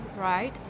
right